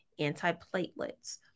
antiplatelets